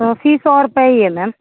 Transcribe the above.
fees ਸੌ ਰੁਪਏ ਹੀ ਹੈ ਮੈਮ